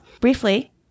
Briefly